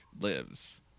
lives